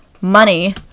money